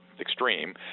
extreme